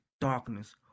darkness